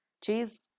cheese